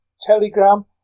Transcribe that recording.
Telegram